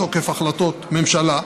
בתוקף החלטות ממשלה,